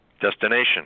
Destination